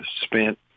spent